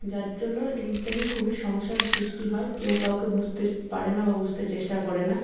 যার জন্য এইটা নিয়ে খুবই সমস্যার সৃষ্টি হয় কেউ কাউকে বুঝতে পারে না বা বুঝতে চেষ্টা করে না